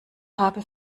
habe